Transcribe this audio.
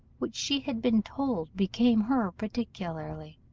which she had been told became her particularly.